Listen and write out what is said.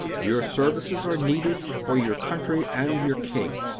your services are needed for your country and your king!